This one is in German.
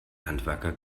handwerker